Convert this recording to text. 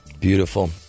Beautiful